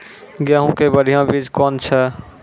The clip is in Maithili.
गेहूँ के बढ़िया बीज कौन छ?